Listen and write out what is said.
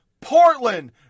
Portland